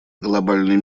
глобальный